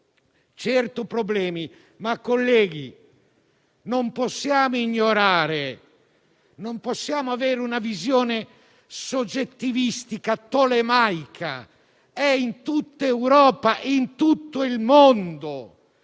sono problemi, ma, colleghi, non possiamo ignorare, non possiamo avere una visione soggettivistica, tolemaica: in tutta Europa, in tutto il mondo